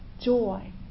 joy